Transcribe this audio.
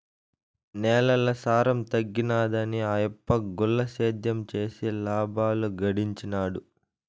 నేలల సారం తగ్గినాదని ఆయప్ప గుల్ల సేద్యం చేసి లాబాలు గడించినాడు